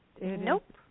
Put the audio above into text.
Nope